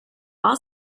all